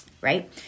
right